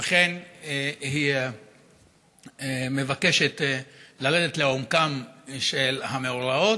אכן היא מבקשת לרדת לעומקם של המאורעות